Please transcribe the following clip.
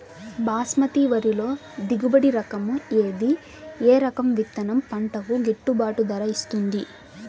బాస్మతి వరిలో దిగుబడి రకము ఏది ఏ రకము విత్తనం పంటకు గిట్టుబాటు ధర ఇస్తుంది